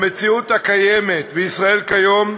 במציאות הקיימת בישראל כיום,